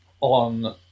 on